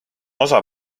osa